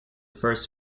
first